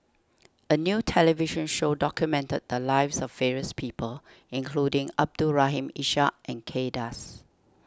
a new television show documented the lives of various people including Abdul Rahim Ishak and Kay Das